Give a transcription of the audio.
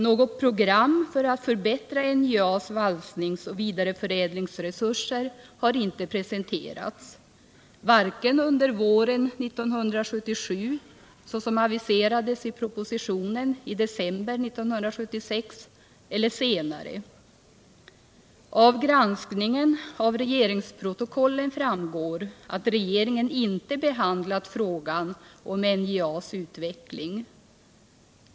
Något program för att förbättra NJA:s valsningsoch vidareförädlingsresurser har inte presenterats, varken under våren 1977, såsom aviserades i propositionen i december 1976, eller senare. Av granskningen av regeringsprotokollen framgår att regeringen inte behandlat frågan om NJA:s utveckling.